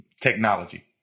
technology